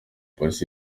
polisi